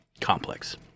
complex